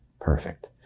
Perfect